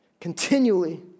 Continually